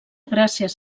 gràcies